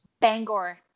Bangor